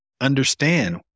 understand